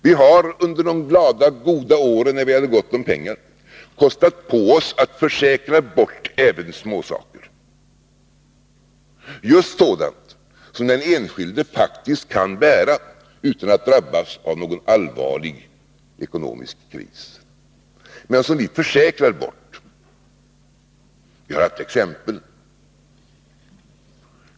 Vi har under de glada åren, när vi hade gott om pengar, kostat på oss att försäkra bort även småsaker. Det gäller just sådant som den enskilde faktiskt kan bära utan att behöva hamna i någon allvarlig ekonomisk kris, men det försäkrar vi bort. Det finns exempel.